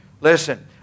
Listen